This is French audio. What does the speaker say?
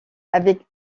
avec